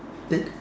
yes